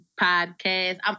podcast